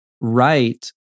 right